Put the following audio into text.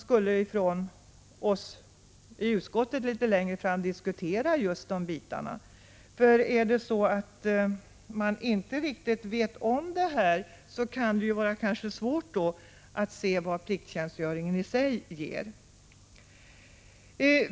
Därför kanske vi i utskottet litet längre fram borde diskutera just de bitarna. Om man inte riktigt vet vad som gäller kan det vara svårt att se vad plikttjänstgöringen i sig ger.